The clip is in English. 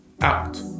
out